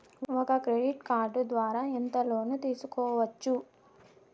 ఒక credit card ద్వారా ఎంత లోను తీసుకోవచ్చు?